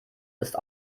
ist